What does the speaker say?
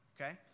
okay